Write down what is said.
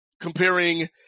comparing –